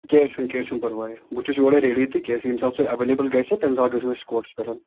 کیٚنہہ چھُنہٕ کیٚنہہ چھُنہٕ پَرواے بہٕ چھُس یورَے رٮ۪ڈی تہٕ کیٚنہہ چھُنہٕ ییٚمہِ ساتہٕ سُہ اٮ۪ویلیبٕل گژھِ تَمہِ ساتہٕ گژھو أسۍ کوٹَس پٮ۪ٹھ